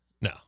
No